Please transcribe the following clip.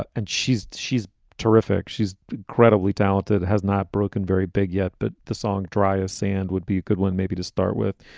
and she's she's terrific. she's incredibly talented, has not broken very big yet. but the song dryas sand would be a good one maybe to start with.